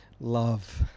Love